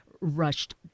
rushed